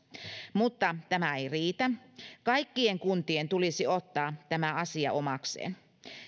mutta tämä ei riitä kaikkien kuntien tulisi ottaa tämä asia omakseen